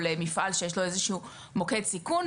או למפעל שיש לו איזשהו מוקד סיכון,